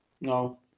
No